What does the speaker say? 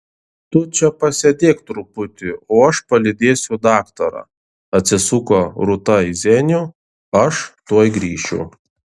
tu čia pasėdėk truputį o aš palydėsiu daktarą atsisuko rūta į zenių aš tuoj grįšiu